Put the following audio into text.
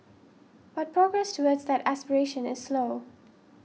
but progress towards that aspiration is slow